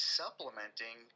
supplementing